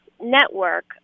network